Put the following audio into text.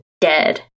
dead